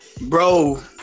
bro